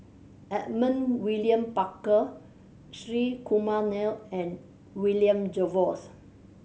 Edmund William Barker Shri Kumar Nair and William Jervois